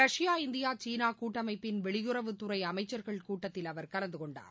Russia India சீனா கூட்டமைப்பின் வெளியுறவுத்துறை அமைச்சர்கள் கூட்டத்தில் அவர் கலந்து கொண்டார்